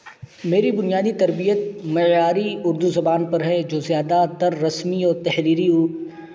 میری بنیادی تربیت معیاری اردو زبان پر ہے جو زیادہ تر رسمی اور تحریری